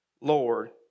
Lord